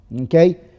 Okay